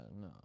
no